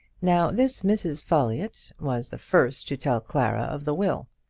now this mrs. folliott was the first to tell clara of the will.